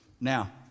Now